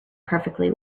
perfectly